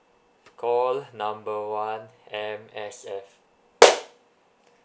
call number one M_S_F